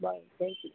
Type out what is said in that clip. bye thank you